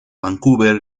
vancouver